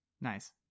Nice